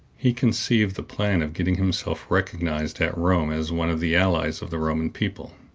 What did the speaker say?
he conceived the plan of getting himself recognized at rome as one of the allies of the roman people.